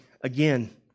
again